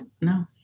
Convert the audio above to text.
no